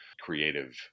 creative